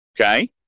Okay